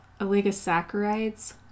oligosaccharides